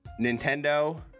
Nintendo